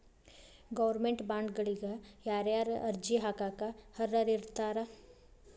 Government ಬಾಂಡ್ಗಳಿಗ ಯಾರ್ಯಾರ ಅರ್ಜಿ ಹಾಕಾಕ ಅರ್ಹರಿರ್ತಾರ?